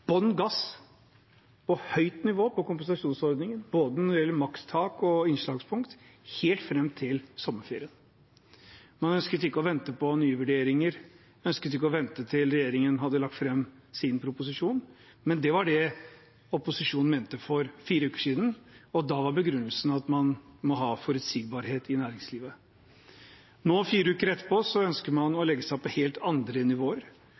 bånn gass på høyt nivå for kompensasjonsordningen, når det gjelder både makstak og innslagspunkt, helt fram til sommerferien. Man ønsket ikke å vente på nye vurderinger, man ønsket ikke å vente til regjeringen hadde lagt fram sin proposisjon. Men det var det opposisjonen mente for fire uker siden, og da var begrunnelsen at man må ha forutsigbarhet i næringslivet. Nå, fire uker etterpå, ønsker man å legge seg på helt andre nivåer.